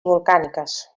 volcàniques